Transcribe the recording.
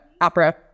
opera